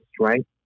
strength